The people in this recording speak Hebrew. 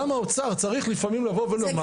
גם האוצר צריך לפעמים לבוא ולומר,